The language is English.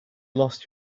lost